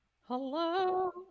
Hello